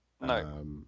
No